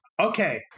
Okay